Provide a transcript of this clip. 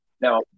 Now